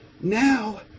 Now